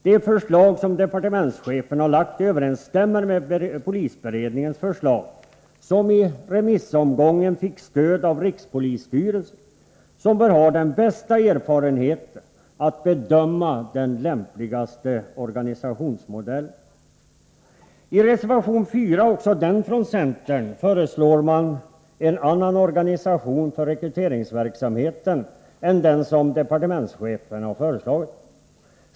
Det förslag som departementschefen lagt fram överensstämmer med polisberedningens förslag, som i remissomgången fick stöd av rikspolisstyrelsen, som bör ha den bästa erfarenheten när det gäller att bedöma vilken som är den lämpligaste organisationsmodellen. I reservation 4, också den från centern, föreslår man en annan organisation för rekryteringsverksamheten än den som departementschefen föreslagit.